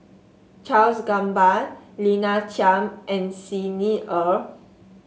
Charles Gamba Lina Chiam and Xi Ni Er